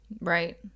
Right